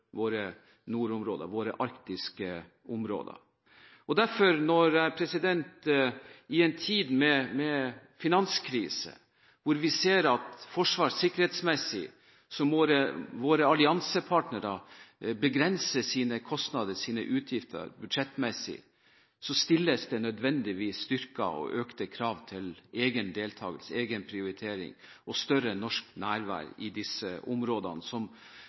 våre nordområder, våre arktiske områder. I en tid med finanskrise ser vi at når det gjelder forsvar, det sikkerhetsmessige, må våre alliansepartnere begrense sine kostnader og utgifter budsjettmessig. Det stiller nødvendigvis styrkede og økte krav til egen deltakelse, egen prioritering og større norsk nærvær i disse områdene